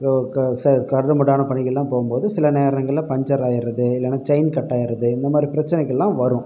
ஓ க ச கரடுமுரடான பணிகள்லாம் போகும்போது சில நேரங்களில் பஞ்சர் ஆகிடுறது இல்லைனா செயின் கட்டாயிடுது இந்தமாதிரி பிரச்சனைகள்லாம் வரும்